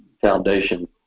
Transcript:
foundation